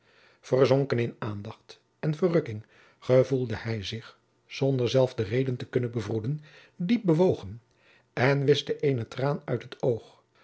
verzonken in aandacht en verrukking gevoelde hij zich zonder zelf de reden te kunnen bevroeden diep bewogen en wischte eene traan uit het oog